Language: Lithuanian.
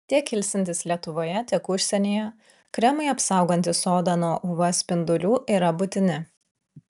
tiek ilsintis lietuvoje tiek užsienyje kremai apsaugantys odą nuo uv spindulių yra būtini